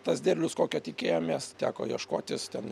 tas derlius kokio tikėjomės teko ieškotis ten